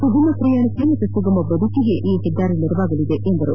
ಸುಗಮ ಪ್ರಯಾಣಕ್ಕೆ ಹಾಗೂ ಸುಗಮ ಬದುಕಿಗೆ ಈ ಹೆದ್ದಾರಿ ನೆರವಾಗಲಿದೆ ಎಂದರು